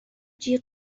جیغ